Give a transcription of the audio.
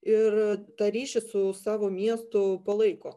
ir tą ryšį su savo miestu palaiko